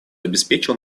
обеспечил